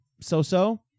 so-so